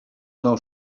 nou